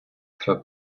for